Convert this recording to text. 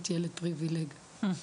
ולכן,